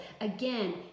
Again